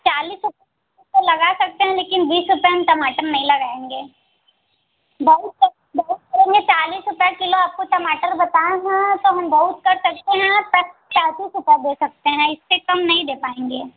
चालीस रुपये लगा सकते हैं लेकिन बीस रुपये हम टमाटर नहीं लगाएँगे बहुत बहुत करेंगे चालीस रुपये किलो आपको टमाटर बताए हैं तो हम बहुत कर सकते हैं पत्त पैंतीस रुपये दे सकते हैं इससे कम नहीं दे पाएँगे